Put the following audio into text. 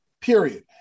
period